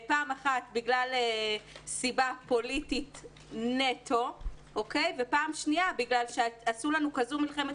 פעם אחת בגלל סיבה פוליטית נטו ופעם שנייה בגלל שעשו לנו כזו מלחמת